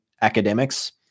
academics